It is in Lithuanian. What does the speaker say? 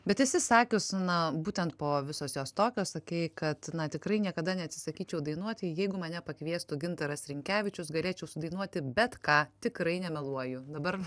bet atsisakius na būtent po visos jos tokios sakei kad na tikrai niekada neatsisakyčiau dainuoti jeigu mane pakviestų gintaras rinkevičius galėčiau sudainuoti bet ką tikrai nemeluoju dabar